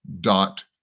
dot